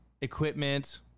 equipment